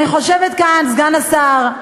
אני חושבת כאן, סגן השר,